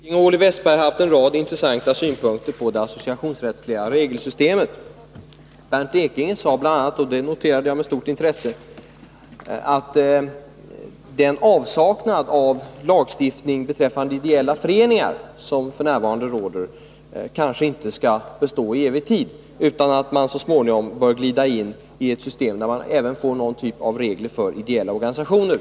Fru talman! Både Bernt Ekinge och Olle Wästberg har anlagt en rad intressanta synpunkter på det associationsrättsliga regelsystemet. Bernt Ekinge sade bl.a. — det noterade jag med stort intresse — att avsaknaden f. n. av lagstiftning beträffande ideella föreningar kanske inte skall bestå i evig tid utan att man så småningom bör glida in i ett system med någon typ av regler även för ideella organisationer.